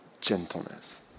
gentleness